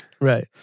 Right